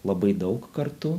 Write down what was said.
labai daug kartu